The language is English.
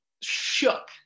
shook